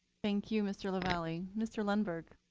thank you, mr. lavalley. mr. lindbergh.